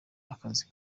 akazi